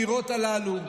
האמירות הללו,